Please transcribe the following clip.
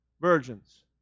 virgins